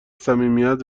صمیمیت